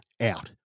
out